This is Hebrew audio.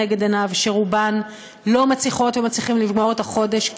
שרובן לא מצליחות ולא מצליחים לגמור את החודש,